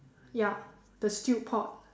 ya the stew pork